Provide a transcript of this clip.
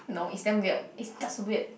no it's damn weird it's just weird